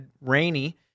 rainy